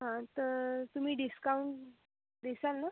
हां तर तुम्ही डिस्काऊंट देता ना